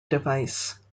device